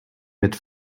mit